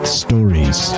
stories